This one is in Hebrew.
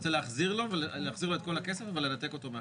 הוא רוצה להחזיר לו את כל הכסף ולנתק אותו מהחשמל.